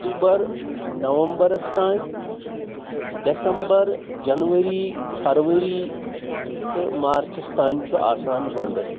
October نَوَمبَرَس تام تہٕ ڈٮ۪سَمبَر جَنؤری فَرؤری تہٕ مارچَس تام چھُ آسان وَندٕ